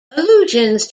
allusions